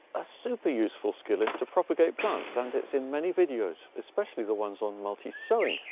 a super useful skill is to propagate plants and it's in many videos, especially the ones on multi sowing.